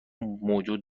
موجود